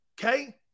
Okay